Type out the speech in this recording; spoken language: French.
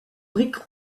briques